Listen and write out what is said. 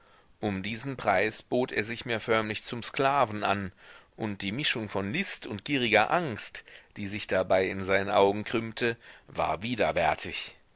um diesen preis bot er sich mir förmlich zum sklaven an und die mischung von list und gieriger angst die sich dabei in seinen augen krümmte war widerwärtig